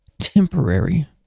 temporary